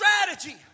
strategy